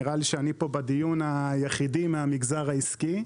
נראה לי שאני כאן היחידי בדיון מהמגזר העסקי,